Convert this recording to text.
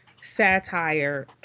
satire